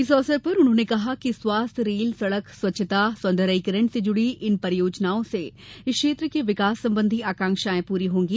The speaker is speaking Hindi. इस अवसर पर उन्होंने कहा कि स्वास्थ्य रेल सड़क स्वच्छता सौन्द्रीयकरण से जुड़ी इन परियोजनाओं से इस क्षेत्र की विकास संबंधी आकांक्षायें पूरी होगी